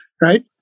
right